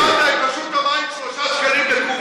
אבל אתה, את רשות המים 3 שקלים לקוב.